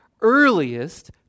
earliest